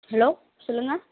hello சொல்லுங்கள்